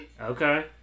okay